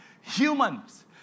humans